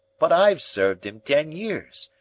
but i've served im ten years,